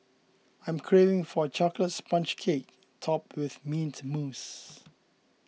I am craving for a Chocolate Sponge Cake Topped with Mint Mousse